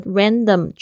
random